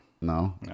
No